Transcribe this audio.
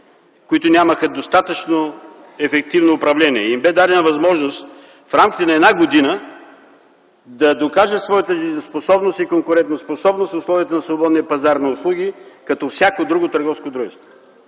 които нямаха достатъчно ефективно управление, и им бе дадена възможност в рамките на една година да докажат своята дееспособност и конкурентоспособност в условията на свободния пазар на услуги като всяко друго търговско дружество.